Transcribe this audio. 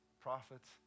prophets